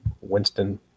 Winston